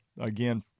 again